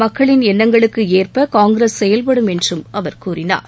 மக்களின் எண்ணங்களுக்கு ஏற்ப காங்கிரஸ் செயல்படும் என்றும் அவர் கூறினார்